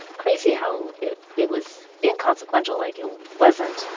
crazy how it it was inconsequential, like it wasn't